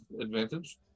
advantage